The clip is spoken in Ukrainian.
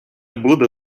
буде